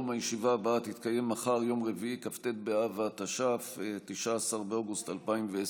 מי שתתעלל או תפגע בפעוט תשב בכלא, לא פחות מכך.